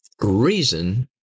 reason